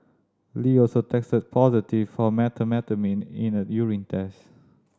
Lee also tested positive for methamphetamine in a urine test